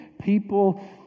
people